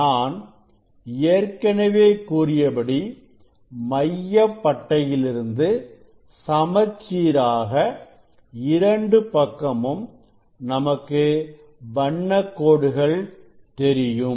நான் ஏற்கனவே கூறியபடி மைய பட்டையிலிருந்து சமச்சீராக இரண்டு பக்கமும் நமக்கு வண்ணக் கோடுகள் தெரியும்